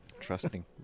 Trusting